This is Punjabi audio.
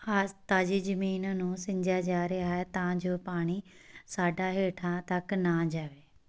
ਆਜ ਤਾਜ਼ੀ ਜ਼ਮੀਨ ਨੂੰ ਸਿੰਜਿਆ ਜਾ ਰਿਹਾ ਹੈ ਤਾਂ ਜੋ ਪਾਣੀ ਸਾਡਾ ਹੇਠਾਂ ਤੱਕ ਨਾ ਜਾਵੇ